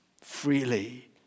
freely